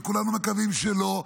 וכולנו מקווים שלא,